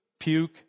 Puke